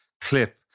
clip